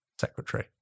secretary